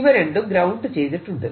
ഇവ രണ്ടും ഗ്രൌണ്ട് ചെയ്തിട്ടുണ്ട്